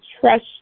trust